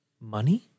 money